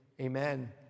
Amen